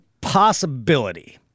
possibility